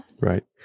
Right